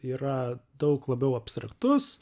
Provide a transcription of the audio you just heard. yra daug labiau abstraktus